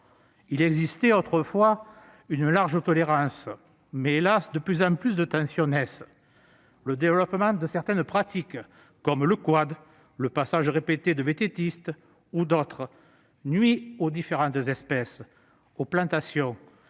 observait autrefois une large tolérance. Hélas, de plus en plus de tensions naissent. Le développement de certaines pratiques, comme le quad ou le passage répété de vététistes, nuit aux différentes espèces et aux plantations,